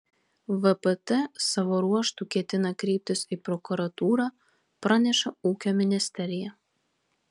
vpt savo ruožtu ketina kreiptis į prokuratūrą praneša ūkio ministerija